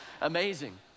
amazing